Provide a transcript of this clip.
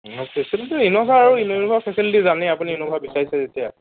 facility Innova আৰু Innova facility জানেই আপুনি ইনোভা বিচাৰিছে যেতিয়া